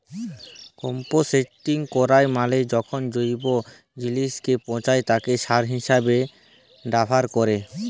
composting ক্যরা মালে যখল জৈব জিলিসকে পঁচায় তাকে সার হিসাবে ব্যাভার ক্যরে